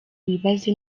wibaze